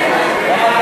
בעד.